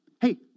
Hey